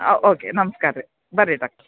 ಹಾಂ ಓಕೆ ನಮ್ಸ್ಕಾರ ರೀ ಬರ್ರಿ ಡಾಕ್ಟ್ರ್